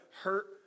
hurt